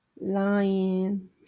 Lying